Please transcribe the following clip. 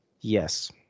Yes